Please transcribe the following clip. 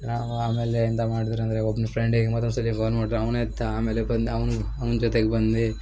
ನಾವು ಆಮೇಲೆ ಎಂತ ಮಾಡಿದರು ಅಂದರೆ ಒಬ್ನು ಫ್ರೆಂಡಿಗೆ ಮತ್ತೊಂದು ಸಲ ಫೋನ್ ಮಾಡ್ರು ಅವ್ನು ಎತ್ತಿದ ಆಮೇಲೆ ಬಂದು ಅವ್ನು ಅವ್ನ ಜೊತೆಗೆ ಬಂದ್ವಿ